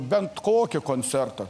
bent kokį koncertą